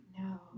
No